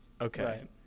Okay